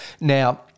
now